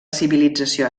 civilització